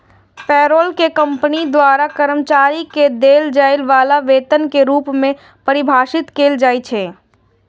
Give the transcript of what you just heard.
payroll कें company द्वारा कर्मचारी कें देल जाय बला वेतन के रूप मे परिभाषित कैल जाइ छै